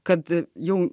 kad jun